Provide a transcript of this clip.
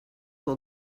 will